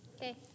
Okay